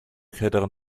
kälteren